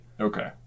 Okay